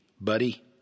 Buddy